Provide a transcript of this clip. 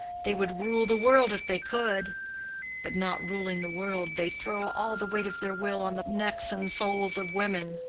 they would rule the world if they could but not ruling the world, they throw all the weight of their will on the necks and souls of women.